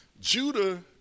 Judah